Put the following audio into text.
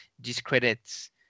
discredits